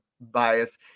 bias